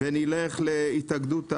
נעבור להתאגדות האולמות,